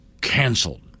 canceled